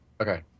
Okay